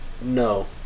no